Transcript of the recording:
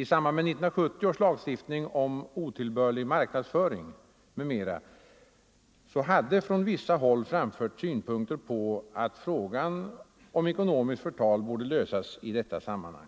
I samband med 1970 års lagstiftning om otillbörlig marknadsföring m.m. har från vissa håll framförts synpunkter på att frågan om ekonomiskt förtal borde lösas i detta sammanhang.